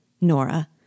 Nora